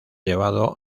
llevado